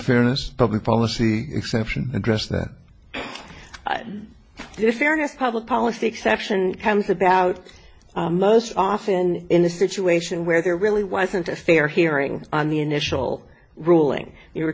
fairness public policy exception address that this fairness public policy exception comes about most often in a situation where there really wasn't a fair hearing on the initial ruling you were